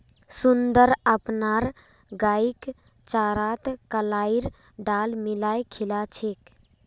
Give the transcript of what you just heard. सुंदर अपनार गईक चारात कलाईर दाल मिलइ खिला छेक